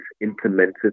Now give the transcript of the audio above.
implemented